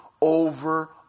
over